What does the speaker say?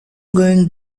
going